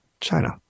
China